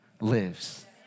lives